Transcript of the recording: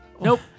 Nope